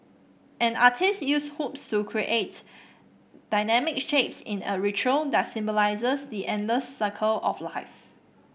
an artiste uses hoops to create dynamic shapes in a ritual that symbolises the endless circle of life